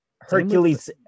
Hercules